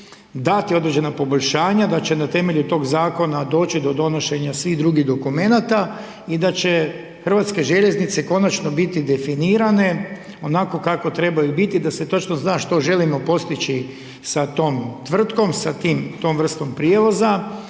dati određena poboljšanja, da će na temelju tog zakona doći do donošenja svih drugih dokumenata i da će Hrvatske željeznice konačno biti definirane onako kako trebaju biti, da se točno zna što želimo postići sa tom tvrtkom, sa tom vrstom prijevoza,